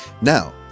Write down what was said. Now